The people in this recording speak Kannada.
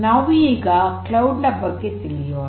ನಾವು ಈಗ ಕ್ಲೌಡ್ ನ ಬಗ್ಗೆ ತಿಳಿಯೋಣ